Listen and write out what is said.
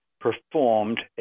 performed